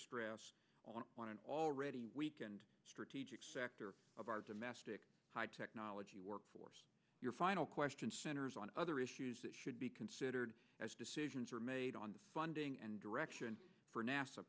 stress on an already weakened strategic sector of our domestic technology workforce your final question centers on other issues that should be considered as decisions are made on the funding and direction for nasa